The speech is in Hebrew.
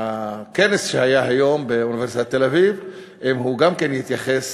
הכנס שהיה היום באוניברסיטת תל-אביב אם הוא גם כן יתייחס